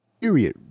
period